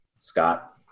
Scott